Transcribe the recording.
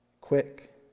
quick